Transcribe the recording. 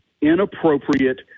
inappropriate